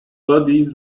bodies